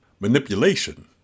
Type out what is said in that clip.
Manipulation